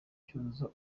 cyuzuzo